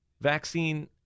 vaccine